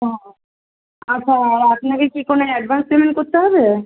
ও আচ্ছা আর আপনাকে কি কোনো অ্যাডভান্স পেমেন্ট করতে হবে